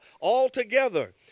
altogether